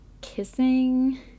Kissing